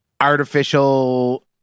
artificial